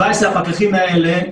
17 הפקחים האלה,